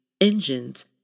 engines